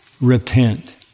repent